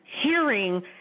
hearing